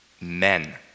men